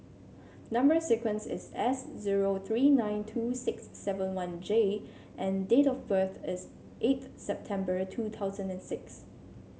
number sequence is S zero three nine two six seven one J and date of birth is eighth September two thousand and six